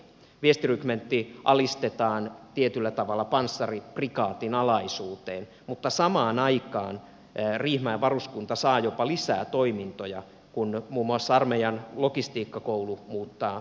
viestirykmentti alistetaan tietyllä tavalla panssariprikaatin alaisuuteen mutta samaan aikaan riihimäen varuskunta saa jopa lisää toimintoja kun muun muassa armeijan logistiikkakoulu muuttaa riihimäelle